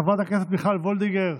חברת הכנסת מיכל וולדיגר,